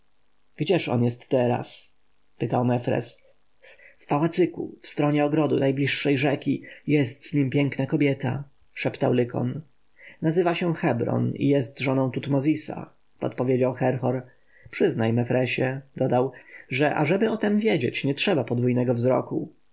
gdzież on jest teraz pytał mefres w pałacyku w stronie ogrodu najbliższej rzeki jest z nim piękna kobieta szeptał lykon nazywa się hebron i jest żoną tutmozisa podpowiedział herhor przyznaj mefresie dodał że ażeby o tem wiedzieć nie trzeba podwójnego wzroku